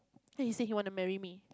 then he say he want to marry me